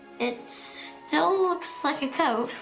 it still looks like a code.